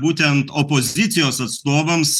būtent opozicijos atstovams